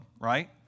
right